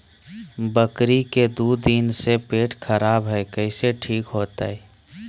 बकरी के दू दिन से पेट खराब है, कैसे ठीक होतैय?